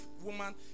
woman